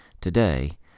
today